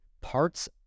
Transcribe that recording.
parts